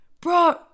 bro